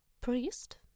priest